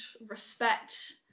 respect